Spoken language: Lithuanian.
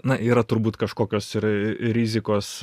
na yra turbūt kažkokios ir rizikos